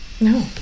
No